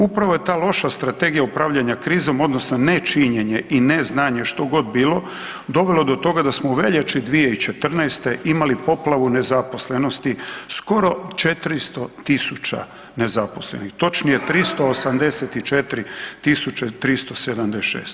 Upravo je ta loša strategija upravljanja krizom odnosno nečinjene i neznanje što god bilo dovelo do toga da smo u veljači 2014. imali poplavu nezaposlenosti, skoro 400.000 nezaposlenih, točnije 384.376.